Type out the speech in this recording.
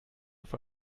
für